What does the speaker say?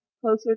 closer